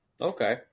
Okay